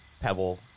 pebble